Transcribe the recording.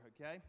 okay